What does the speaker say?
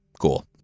Cool